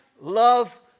love